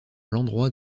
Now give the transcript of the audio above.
l’endroit